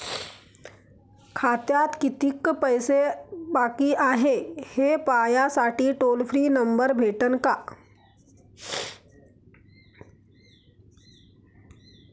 खात्यात कितीकं पैसे बाकी हाय, हे पाहासाठी टोल फ्री नंबर भेटन का?